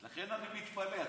לכן אני מתפלא.